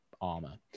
armor